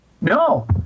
No